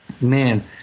Man